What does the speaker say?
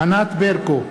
ענת ברקו,